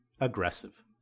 aggressive